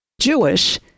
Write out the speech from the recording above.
Jewish